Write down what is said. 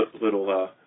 little